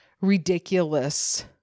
ridiculous